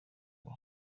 hari